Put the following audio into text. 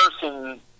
person